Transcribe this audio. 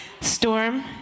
Storm